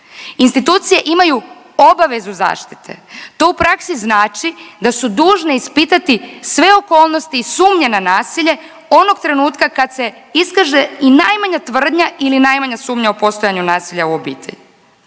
Institucije imaju obavezu zaštite. To u praksi znači da su dužne ispitati sve okolnosti i sumnje na nasilje onog trenutka kad se iskaže i najmanja tvrdnja ili najmanja sumnja o postojanju nasilja u obitelji.